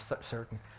certain